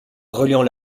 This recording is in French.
reliant